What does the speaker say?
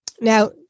now